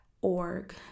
org